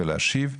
ולהשיב,